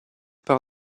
par